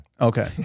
Okay